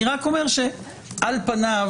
אני רק אומר שעל פניו,